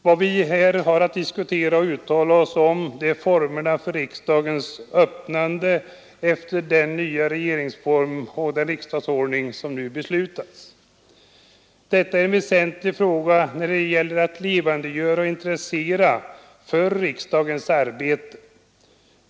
Vad vi nu har att diskutera och uttala oss om är formerna för riksdagens öppnande efter det att den nya regeringsformen och riksdagsordningen beslutats. Detta är en väsentlig fråga när det gäller att levandegöra riksdagens arbete och skapa intresse för detta.